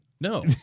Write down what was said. No